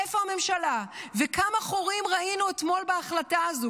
איפה הממשלה וכמה חורים ראינו אתמול בהחלטה הזאת.